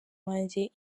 wanjye